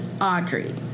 Audrey